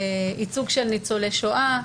ייצוג של ניצולי שואה,